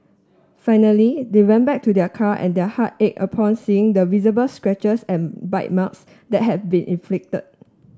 finally they went back to their car and their heart ache upon seeing the visible scratches and bite marks that had been inflicted